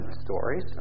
stories